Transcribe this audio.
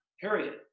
period